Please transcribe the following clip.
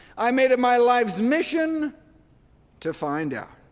i made it my life's mission to find out.